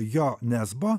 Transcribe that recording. jo nesbo